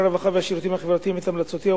הרווחה והשירותים החברתיים את המלצותיה,